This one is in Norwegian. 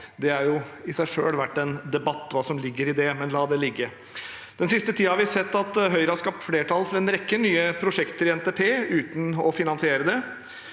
er jo i seg selv verdt en debatt, men la det ligge. Den siste tiden har vi sett at Høyre har skapt flertall for en rekke nye prosjekter i NTP uten å finansiere det.